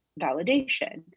validation